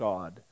God